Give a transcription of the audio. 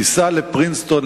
תיסע לפרינסטון,